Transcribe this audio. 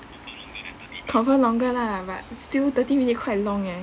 confirm longer lah but still thirty minute quite long leh